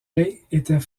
était